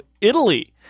italy